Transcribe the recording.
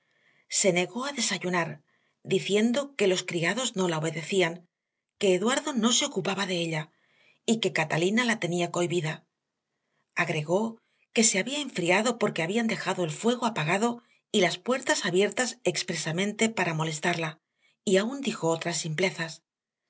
se negó a desayunar diciendo que los criados no la obedecían que eduardo no se ocupaba de ella y que catalina la tenía cohibida agregó que se había enfriado porque habían dejado el fuego apagado y las puertas abiertas expresamente para molestarla y aún dijo otras simplezas en